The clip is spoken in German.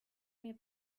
mir